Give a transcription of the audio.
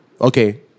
Okay